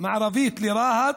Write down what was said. מערבית לרהט